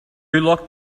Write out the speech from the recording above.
locked